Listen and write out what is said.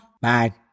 Bye